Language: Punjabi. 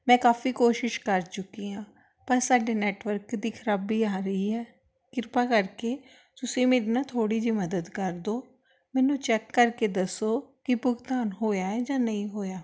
ਮੈਂ ਕਾਫੀ ਕੋਸ਼ਿਸ਼ ਕਰ ਚੁੱਕੀ ਹਾਂ ਪਰ ਸਾਡੇ ਨੈਟਵਰਕ ਦੀ ਖਰਾਬੀ ਆ ਰਹੀ ਹੈ ਕਿਰਪਾ ਕਰਕੇ ਤੁਸੀਂ ਮੇਰੀ ਨਾ ਥੋੜ੍ਹੀ ਜਿਹੀ ਮਦਦ ਕਰ ਦਿਓ ਮੈਨੂੰ ਚੈੱਕ ਕਰ ਕੇ ਦੱਸੋ ਕਿ ਭੁਗਤਾਨ ਹੋਇਆ ਜਾਂ ਨਹੀਂ ਹੋਇਆ